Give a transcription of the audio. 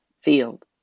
field